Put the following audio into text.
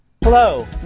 Hello